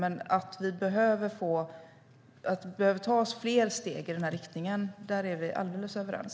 Det behöver tas fler steg i denna riktning; där är vi alldeles överens.